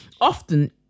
Often